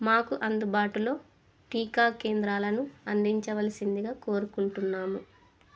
మాకు అందుబాటులో టీకా కేంద్రాలను అందించవలసిందిగా కోరుకుంటున్నాము